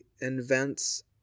invents